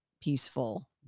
peaceful